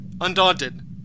Undaunted